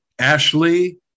Ashley